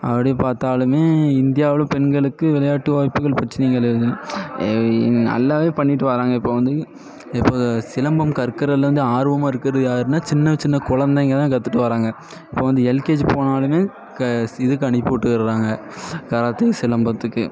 அப்படி பார்த்தாலுமே இந்தியாவில் பெண்களுக்கு விளையாட்டு வாய்ப்புகள் பிரச்சனைகள் இருக்குது நல்லாவே பண்ணிட்டு வராங்க இப்போ வந்து இப்போ சிலம்பம் கற்கறதுலேருந்து ஆர்வமாக இருக்கிறது யாருன்னா சின்ன சின்ன கொழந்தைங்க தான் கத்துட்டு வராங்க இப்போ வந்து எல்கேஜி போனாலுமே க சி இதுக்கு அனுப்பிவுட்டுர்றாங்க கராத்தே சிலம்பத்துக்கு